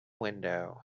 window